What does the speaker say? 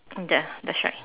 ya that's right